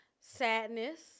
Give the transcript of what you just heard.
sadness